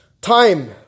Time